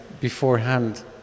beforehand